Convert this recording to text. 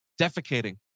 defecating